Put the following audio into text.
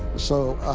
so